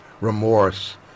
remorse